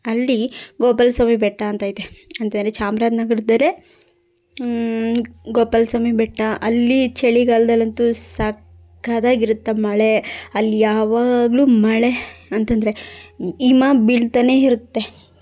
ಅಲ್ಲೀ ಗೋಪಾಲ ಸ್ವಾಮಿ ಬೆಟ್ಟ ಅಂತ ಇದೆ ಅಂದ್ರಲ್ಲಿ ಚಾಮ್ರಾಜ ನಗರದಲ್ಲೆ ಗೋಪಾಲ ಸ್ವಾಮಿ ಬೆಟ್ಟ ಅಲ್ಲಿ ಚಳಿಗಾಲದಲ್ಲಂತೂ ಸಕ್ಕತ್ತಾಗಿರುತ್ತೆ ಮಳೆ ಅಲ್ಲಿ ಯಾವಾಗಲೂ ಮಳೆ ಅಂತಂದರೆ ಹಿಮ ಬೀಳ್ತಲೇ ಇರುತ್ತೆ